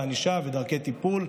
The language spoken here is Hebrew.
ענישה ודרכי טיפול).